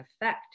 effect